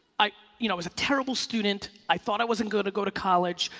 i you know was a terrible student. i thought i wasn't gonna go to college.